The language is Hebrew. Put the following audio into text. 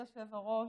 אדוני היושב-ראש,